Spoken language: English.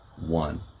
One